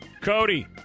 Cody